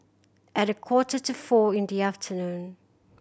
at a quarter to four in the afternoon